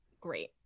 great